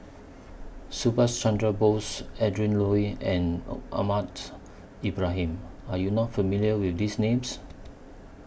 Subhas Chandra Bose Adrin Loi and Ahmad Ibrahim Are YOU not familiar with These Names